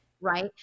Right